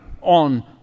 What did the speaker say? on